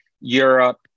Europe